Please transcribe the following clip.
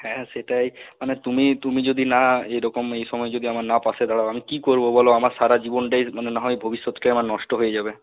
হ্যাঁ সেটাই মানে তুমি তুমি যদি না এইরকম এই সময় যদি আমার না পাশে দাঁড়াও আমি কি করবো বলো আমার সারা জীবনটাই মানে না হয় ভবিষ্যতটাই আমার নষ্ট হয়ে যাবে